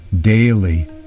daily